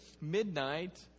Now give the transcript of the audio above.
midnight